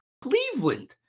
Cleveland